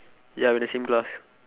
ya we the same class